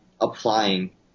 applying